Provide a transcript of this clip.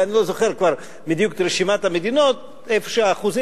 אני כבר לא זוכר בדיוק את רשימת המדינות איפה שהאחוזים,